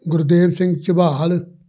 Gurdev Singh Jhabal